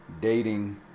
dating